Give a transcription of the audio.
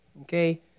okay